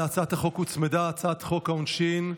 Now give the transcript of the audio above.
להצעת החוק הוצמדה הצעת חוק העונשין,